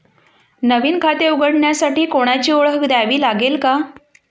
नवीन खाते उघडण्यासाठी कोणाची ओळख द्यावी लागेल का?